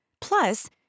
Plus